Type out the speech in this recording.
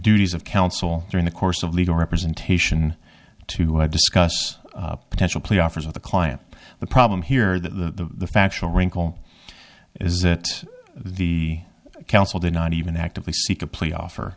duties of counsel during the course of legal representation to discuss potential plea offers of the client the problem here the factual wrinkle is that the council did not even actively seek a plea off